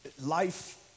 Life